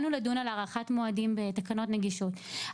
זה פשוט לא יעלה על הדעת שזה המצב ב-2021 ואני אומר עוד